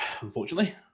unfortunately